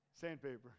Sandpaper